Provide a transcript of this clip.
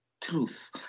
truth